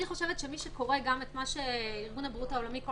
מי שקורא את מה שארגון הבריאות העולמי כל